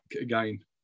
again